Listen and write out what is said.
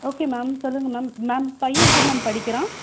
okay ma'am சொல்லுங்கள் ma'am ma'am பையன் எப்படி மேம் படிக்கிறான்